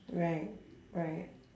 right right